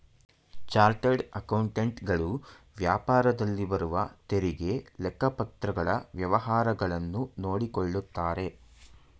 chartered accountant ಗಳು ವ್ಯಾಪಾರದಲ್ಲಿ ಬರುವ ತೆರಿಗೆ, ಲೆಕ್ಕಪತ್ರಗಳ ವ್ಯವಹಾರಗಳನ್ನು ನೋಡಿಕೊಳ್ಳುತ್ತಾರೆ